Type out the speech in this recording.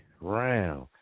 round